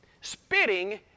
spitting